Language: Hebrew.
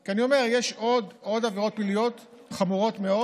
כי אני אומר שיש עוד עבירות פליליות חמורות מאוד